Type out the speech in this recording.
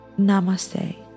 Namaste